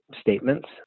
statements